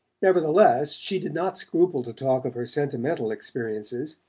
nevertheless she did not scruple to talk of her sentimental experiences,